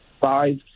five